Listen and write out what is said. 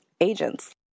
agents